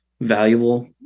valuable